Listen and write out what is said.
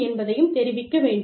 என்பதையும் தெரிவிக்க வேண்டும்